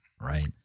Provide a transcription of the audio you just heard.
Right